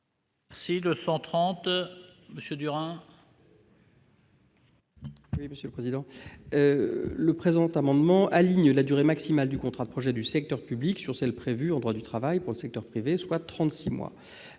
Cet amendement vise à aligner la durée maximale du contrat de projet du secteur public sur celle prévue en droit du travail pour le secteur privé, soit